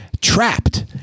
Trapped